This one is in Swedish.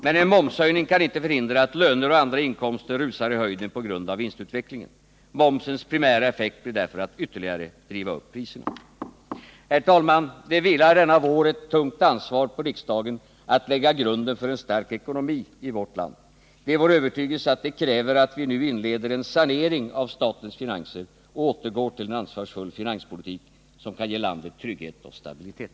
Men en momshöjning kan inte förhindra att löner och andra inkomster rusar i höjden på grund av vinstutvecklingen. Momsens primära effekt blir därför att ytterligare driva upp priserna. Herr talman! Det vilar denna vår ett tungt ansvar på riksdagen för att lägga grunden till en stark ekonomi i vårt land. Det är vår övertygelse att det kräver att vi nu inleder en sanering av statens finanser och återgår till en ansvarsfull finanspolitik som kan ge landet trygghet och stabilitet.